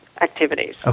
activities